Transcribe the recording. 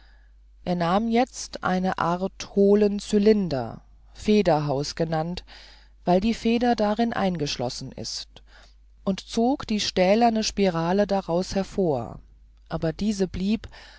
er nahm jetzt eine art hohlen cylinder federhaus genannt weil die feder darin eingeschlossen ist und zog die stählerne spirale daraus hervor aber diese blieb